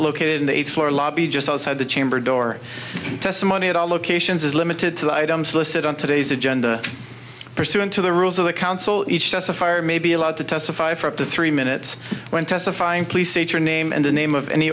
located in the eighth floor lobby just outside the chamber door testimony at all locations is limited to the items listed on today's agenda pursuant to the rules of the council each justifier may be allowed to testify for up to three minutes when testifying please state your name and the name of any